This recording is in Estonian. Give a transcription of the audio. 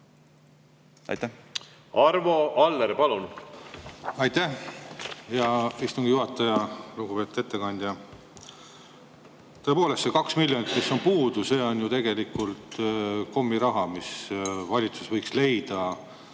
leidub. Arvo Aller, palun! Aitäh, hea istungi juhataja! Lugupeetud ettekandja! Tõepoolest, see kaks miljonit, mis on puudu, on ju tegelikult kommiraha, mis valitsus võiks leida